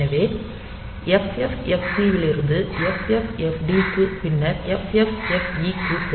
எனவே FFFC இலிருந்து FFFD க்கு பின்னர் FFFE க்கு செல்லும்